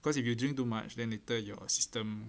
cause if you drink too much then later your system